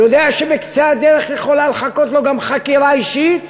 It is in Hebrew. יודע שבקצה הדרך יכולה לחכות לו גם חקירה אישית,